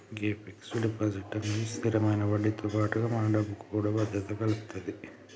గే fix deposit అన్నది స్థిరమైన వడ్డీతో పాటుగా మన డబ్బుకు కూడా భద్రత కల్పితది